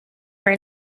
were